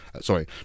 sorry